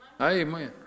Amen